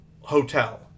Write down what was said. hotel